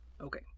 Okay